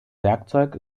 werkzeug